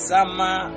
Summer